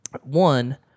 one